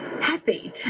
happy